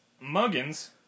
Muggins